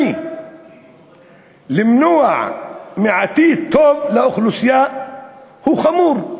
למנוע עתיד טוב לאוכלוסייה הוא חמור.